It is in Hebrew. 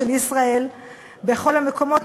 של ישראל בכל המקומות,